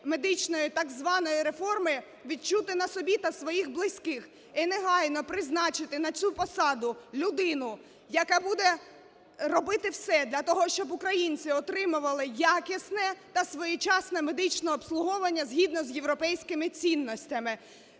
медичної так званої реформи відчути на собі та своїх близьких, і негайно призначити на цю посаду людину, яка буде робити все для того, щоб українці отримували якісне та своєчасне медичне обслуговування згідно з європейськими цінностями.